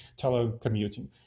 telecommuting